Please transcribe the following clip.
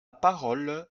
parole